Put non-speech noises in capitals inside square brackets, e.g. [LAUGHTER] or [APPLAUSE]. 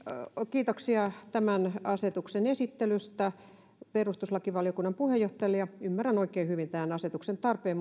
kiitoksia tämän asetuksen esittelystä perustuslakivaliokunnan puheenjohtajalle ymmärrän oikein hyvin tämän asetuksen tarpeen [UNINTELLIGIBLE]